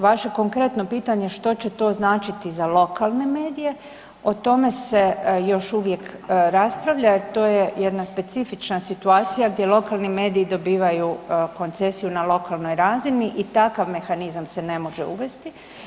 Vaše konkretno pitanje što će to značiti za lokalne medije, o tome se još uvijek raspravlja, to je jedna specifična situacija gdje lokalni mediji dobivaju koncesiju na lokalnoj razini i takav mehanizam se ne može uvesti.